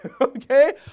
Okay